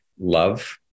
Love